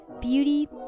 beauty